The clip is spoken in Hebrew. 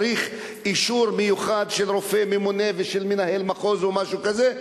צריך אישור מיוחד של רופא ממונה ושל מנהל מחוז או משהו כזה.